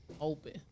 open